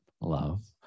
love